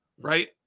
right